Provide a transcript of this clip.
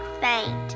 faint